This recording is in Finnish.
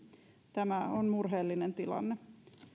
tämä on murheellinen tilanne